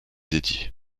dédiée